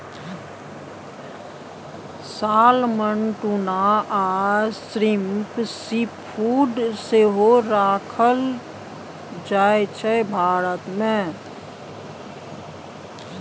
salmon, tuna आ shrimp seafood सेहो खाएल जाइ छै भारत मे